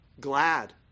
glad